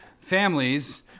families